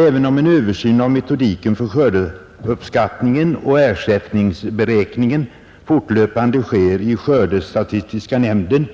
Även om en översyn av metodiken för skördeskadeuppskattningen och ersättningsberäkningen fortlöpande sker i skördestatistiaka nämnden,